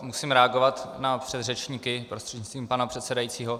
Musím reagovat na předřečníky prostřednictvím pana předsedajícího.